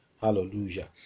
hallelujah